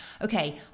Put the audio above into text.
okay